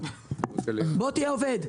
בוא תהיה עובד,